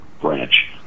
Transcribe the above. branch